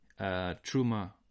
Truma